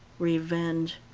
revenge.